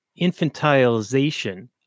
infantilization